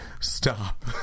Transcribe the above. Stop